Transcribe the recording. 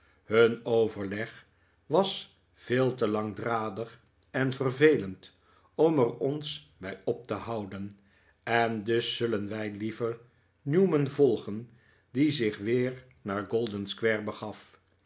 hun overleg was veel te langdradig en te vervelend om er ons bij op te houden en dus zullen wij liever newman volgen die zich weer naar golden-square begaf